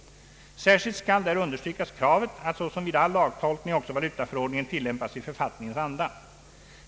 Särskilt skall där understrykas kravet att såsom vid all lagtolkning också valutaförordningen tillämpas i författningens anda.